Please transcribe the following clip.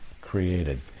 created